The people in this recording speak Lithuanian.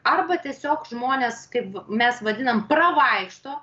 arba tiesiog žmonės kaip v mes vadinam pravaikšto